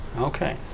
Okay